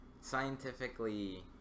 scientifically